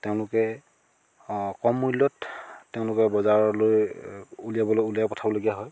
তেওঁলোকে কম মূল্যত তেওঁলোকে বজাৰলৈ উলিয়াবলৈ উলিয়াই পঠিয়াবলগীয়া হয়